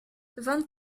vingt